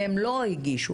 ולא הגישו.